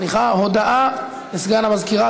סליחה, הודעה לסגן המזכירה.